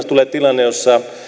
tulee tilanne jossa